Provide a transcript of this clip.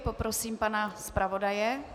Poprosím pana zpravodaje.